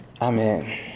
Amen